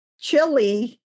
chili